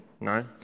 No